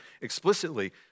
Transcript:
explicitly